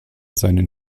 seinen